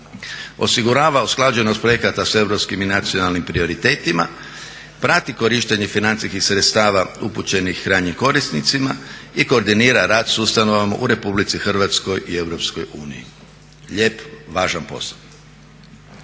Osigurava usklađenost projekata s europskim i nacionalnim prioritetima. Prati korištenje financijskih sredstava upućenih krajnjim korisnicima i koordinira rad sa ustanovama u Republici Hrvatskoj i Europskoj uniji. Lijep, važan posao.